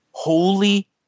Holy